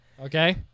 Okay